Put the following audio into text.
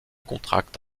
contracte